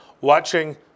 watching